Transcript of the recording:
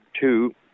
Two